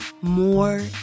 more